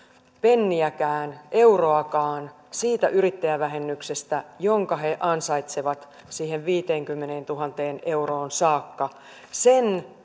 senttiäkään euroakaan siitä yrittäjävähennyksestä jonka he ansaitsevat siihen viiteenkymmeneentuhanteen euroon saakka sen